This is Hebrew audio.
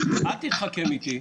אל תתחכם איתי.